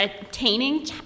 attaining